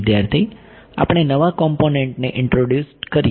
વિદ્યાર્થી આપણે નવા કોમ્પોનેન્ટ ને ઈન્ટ્રોડ્યુસડ કરીએ